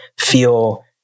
feel